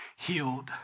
healed